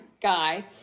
guy